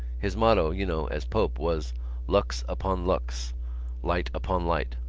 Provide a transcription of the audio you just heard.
his motto, you know, as pope, was lux upon lux light upon light.